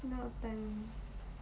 now whar time